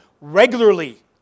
regularly